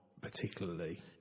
particularly